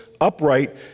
upright